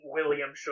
William